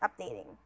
updating